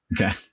Okay